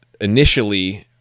initially